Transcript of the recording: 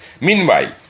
Meanwhile